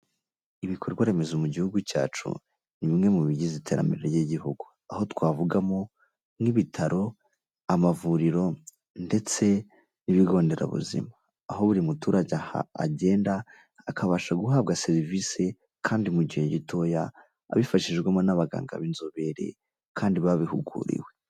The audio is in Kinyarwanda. Ibikorwa remezo mu gihugu cyacu ni bimwe mu bigize iterambere ry'igihugu aho twavugamo nk'ibitaro, amavuriro ndetse n'ibigo nderabuzima aho buri muturage agenda akabasha guhabwa serivisi kandi mu gihe gitoya abifashijwemo n'abaganga b'inzobere kandi babihuguriwe.